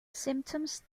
symptoms